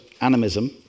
animism